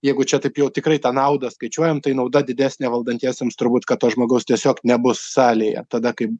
jeigu čia taip jau tikrai tą naudą skaičiuojam tai nauda didesnė valdantiesiems turbūt kad to žmogaus tiesiog nebus salėje tada kai